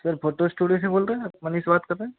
sir photo studio से बोल रहे हैं आप मनीष बात कर रहे हैं